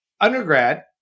undergrad